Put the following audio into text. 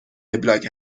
وبلاگ